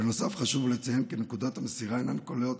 בנוסף, חשוב לציין כי נקודות המסירה אינן כוללות